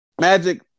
Magic